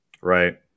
right